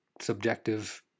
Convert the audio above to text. subjective